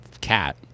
cat